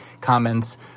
comments